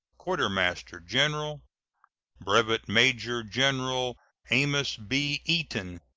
quartermaster-general brevet major-general amos b. eaton,